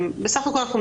בסך הכל, אם